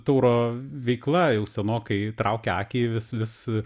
tauro veikla jau senokai traukia akį vis vis